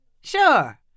Sure